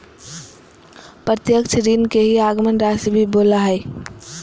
प्रत्यक्ष ऋण के ही आगमन राशी भी बोला हइ